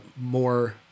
more